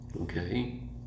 Okay